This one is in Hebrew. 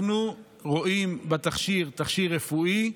אנחנו רואים בתכשיר תכשיר רפואי,